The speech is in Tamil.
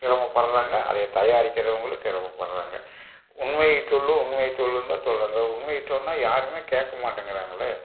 சிரமப்படுறாங்க அதை தயாரிக்கிறவங்களும் சிரமப்படுறாங்க உண்மையைச் சொல்லு உண்மையச் சொல்லுன்னு தான் சொல்கிறாங்க உண்மையைச் சொன்னால் யாருமே கேட்க மாட்டேங்கிறாங்களே